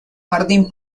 jardín